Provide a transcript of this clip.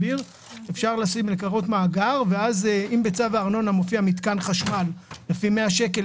אפשר לקרות מעגל ואז אם בצו הארנונה מופיע "מתקן חשמל" לפי 100 שקל